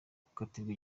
gukatirwa